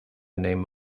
name